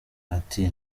ati